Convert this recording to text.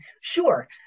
Sure